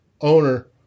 owner